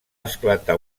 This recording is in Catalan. esclatar